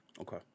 Okay